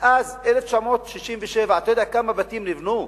מאז 1967, אתה יודע כמה בתים נבנו?